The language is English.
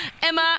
Emma